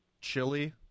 Chili